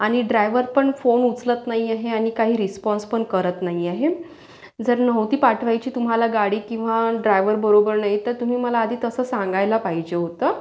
आणि ड्रायवर पण फोन उचलत नाही आहे आणि काही रिस्पॉन्स पण करत नाही आहे जर नव्हती पाठवायची तुम्हाला गाडी किंवा ड्रायवर बरोबर नाही तर तुम्ही मला आधी तसं सांगायला पाहिजे होतं